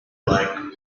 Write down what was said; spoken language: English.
like